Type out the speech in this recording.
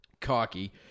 cocky